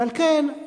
ועל כן,